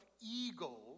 ego